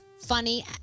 funny